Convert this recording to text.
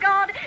God